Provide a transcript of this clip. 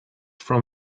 from